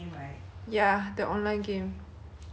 I asked you and all my friends to